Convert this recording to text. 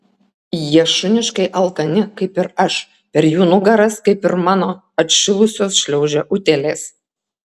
jie šuniškai alkani kaip ir aš per jų nugaras kaip ir mano atšilusios šliaužia utėlės